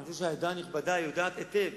אני חושב שהעדה הנכבדה יודעת היטב